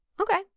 Okay